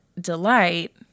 delight